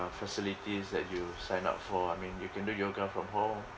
facilities that you sign up for I mean you can do yoga from home